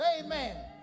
amen